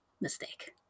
mistake